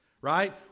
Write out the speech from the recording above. right